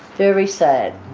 very sad.